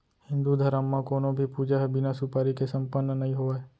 हिन्दू धरम म कोनों भी पूजा ह बिना सुपारी के सम्पन्न नइ होवय